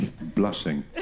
blushing